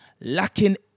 lacking